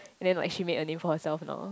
then what she make a name for herself